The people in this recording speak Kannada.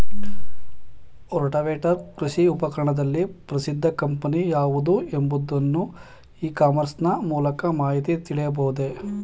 ರೋಟಾವೇಟರ್ ಕೃಷಿ ಉಪಕರಣದಲ್ಲಿ ಪ್ರಸಿದ್ದ ಕಂಪನಿ ಯಾವುದು ಎಂಬುದನ್ನು ಇ ಕಾಮರ್ಸ್ ನ ಮೂಲಕ ಮಾಹಿತಿ ತಿಳಿಯಬಹುದೇ?